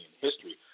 history